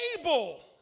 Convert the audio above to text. able